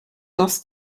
dass